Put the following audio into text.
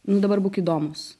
nu dabar būk įdomus